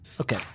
Okay